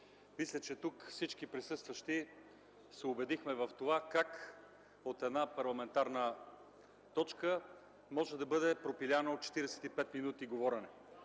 Мисля, че всички присъстващи тук се убедихме в това как една парламентарна точка може да бъде пропиляна от 45 минути говорене.